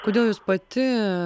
kodėl jūs pati